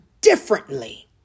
differently